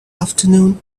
afternoon